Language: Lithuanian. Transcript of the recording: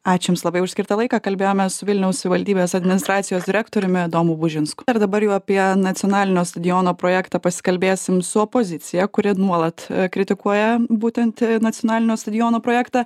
ačiū jums labai už skirtą laiką kalbėjomės su vilniaus savivaldybės administracijos direktoriumi domu bužinsku ir dabar jau apie nacionalinio stadiono projektą pasikalbėsim su opozicija kuri nuolat kritikuoja būtent nacionalinio stadiono projektą